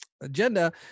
agenda